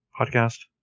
podcast